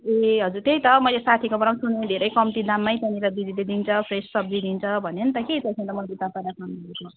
ए हजुर त्यही त मैले साथीकोबाट पनि सुनेँ धेरै कम्ती दाममै त्यहाँनिर दिदीले दिन्छ फ्रेस सब्जी दिन्छ भन्यो नि त कि त्यहाँदेखि मैले तपाईँलाई सम्झेको